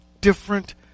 different